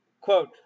Quote